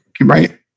right